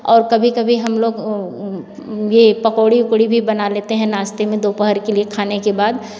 और कभी कभी हम लोग ये पकौड़ी ओकौड़ी भी बना लेते हैं नाश्ते में दोपहर के लिए खाने के बाद